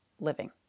living